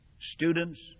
Students